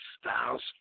Styles